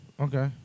Okay